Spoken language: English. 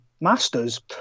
Masters